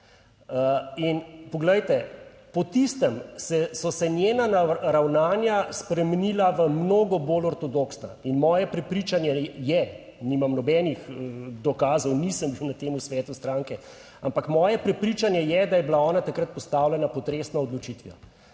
In poglejte, po tistem so se njena ravnanja spremenila v mnogo bolj ortodoksna in moje prepričanje je, nimam nobenih dokazov, nisem bil na tem svetu stranke, ampak moje prepričanje je, da je bila ona takrat postavljena pod resno odločitvijo.